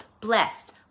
blessed